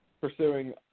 pursuing